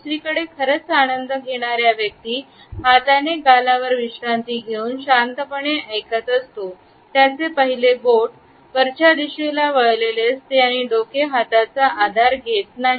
दुसरीकडे खरंच आनंद घेणाऱ्या व्यक्ती हाताने गालावर विश्रांती घेऊन शांतपणे ऐकत असतो त्याचे पहिले बोट वरच्या दिशेला वळलेले असते आणि डोके हाताचा आधार घेत नाही